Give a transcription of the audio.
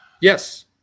yes